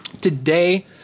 today